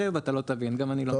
גם אני לא מבין.